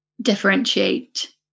differentiate